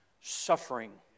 suffering